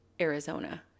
Arizona